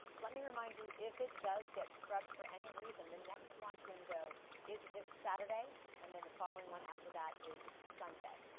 let me remind you, if it gets scrubbed for any reason, the next launch window is this saturday and then the following one after that is sunday.